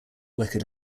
wicked